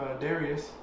Darius